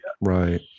Right